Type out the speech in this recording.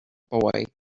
boy